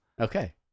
Okay